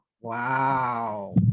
Wow